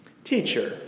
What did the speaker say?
Teacher